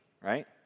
right